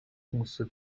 公司